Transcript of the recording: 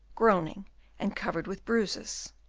groaning and covered with bruises.